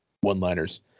one-liners